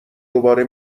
دوباره